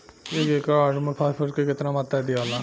एक एकड़ आलू मे फास्फोरस के केतना मात्रा दियाला?